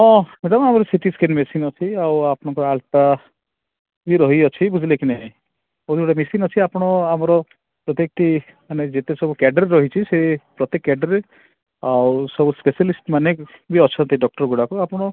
ହଁ ମ୍ୟାଡ଼ାମ୍ ଆମର C T scan machine ଅଛି ଆଉ ଆପଣଙ୍କର ଆଳ୍ପା ବି ରହିଅଛି ବୁଝିଲେ କି ନାହିଁ ଯୋଉ ଗୋଟେ ମେସିନ୍ ଅଛି ଆପଣ ଆମର ପ୍ରତ୍ୟେକଟି ଯେତେ ସବୁ କେଡ଼୍ରୋ ରହିଛି ସେ ପ୍ରତି କେଡ଼୍ରୋରେ ଆଉ ସବୁ ସ୍ପେସାଲିଷ୍ଟ ମାନେ ଯୋଉ ଅଛନ୍ତି ଡ଼କ୍ଟର ଗୁଡ଼ାକ ଆପଣ